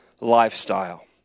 lifestyle